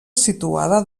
situada